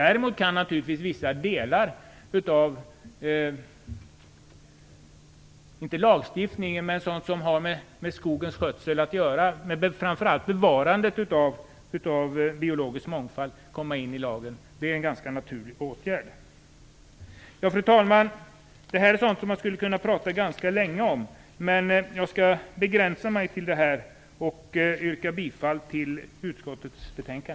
Däremot kan naturligtvis vissa delar av sådant som har med skogens skötsel att göra, framför allt bevarandet av biologisk mångfald, föras in i lagen. Det är en ganska naturlig åtgärd. Fru talman! Det här är sådant som man kan prata ganska länge om, men jag skall begränsa mig till detta. Jag yrkar bifall till utskottets hemställan.